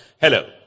Hello